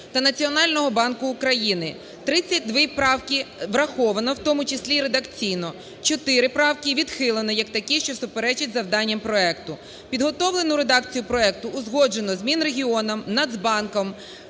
та Національного банку України. 32 правки враховано, в тому числі і редакційно, 4 правки відхилено як такі, що суперечать завданням проекту. Підготовлену редакцію проекту узгоджено з Мінрегіоном, Нацбанком,